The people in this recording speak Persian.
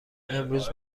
امروز